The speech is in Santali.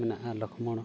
ᱢᱮᱱᱟᱜᱼᱟ ᱞᱚᱠᱢᱚᱱ